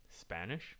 spanish